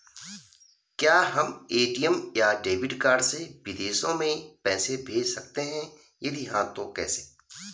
क्या हम ए.टी.एम या डेबिट कार्ड से विदेशों में पैसे भेज सकते हैं यदि हाँ तो कैसे?